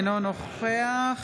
אינו נוכח